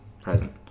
Present